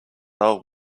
old